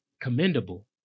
Commendable